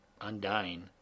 undying